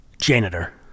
Janitor